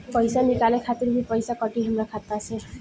पईसा निकाले खातिर भी पईसा कटी हमरा खाता से?